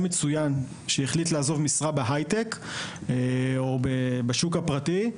מצוין שהחליט לעזוב משרה בהייטק או בשוק הפרטי,